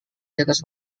diatas